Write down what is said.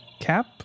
Cap